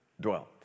dwelt